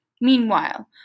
Meanwhile